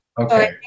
okay